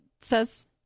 says